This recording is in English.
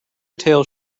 tales